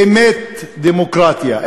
באמת דמוקרטיה,